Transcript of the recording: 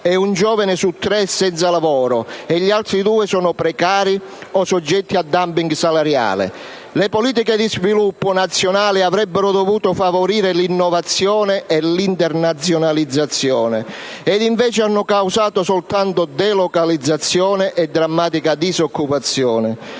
e un giovane su tre è senza lavoro e gli altri due sono precari o soggetti a *dumping* salariale. Le politiche di sviluppo nazionali avrebbero dovuto favorire l'innovazione e l'internazionalizzazione e invece hanno causato soltanto delocalizzazione e drammatica disoccupazione.